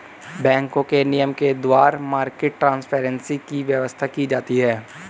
बैंकों के नियम के द्वारा मार्केट ट्रांसपेरेंसी की व्यवस्था की जाती है